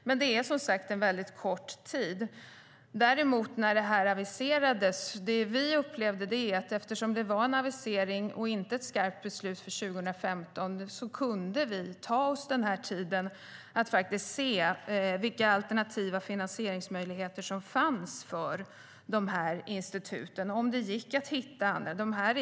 Men det är som sagt väldigt kort tid. När det här aviserades upplevde vi däremot att vi, eftersom det var en avisering och inte ett skarpt beslut för 2015, kunde ta den tiden till att titta på finansieringsmöjligheter för instituten och om det skulle gå att hitta andra.